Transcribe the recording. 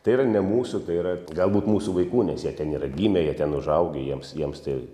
tai yra ne mūsų tai yra galbūt mūsų vaikų nes jie ten yra gimę jie ten užaugę jiems jiems tai